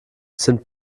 sind